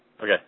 Okay